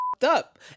Up